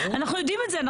אנחנו יודעים את זה.